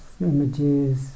images